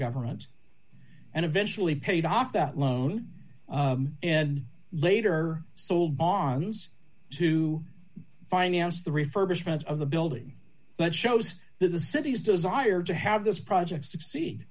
government and eventually paid off that loan and later sold pawns to finance the refurbishment of the building that shows that the city's desire to have this project succeed